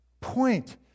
point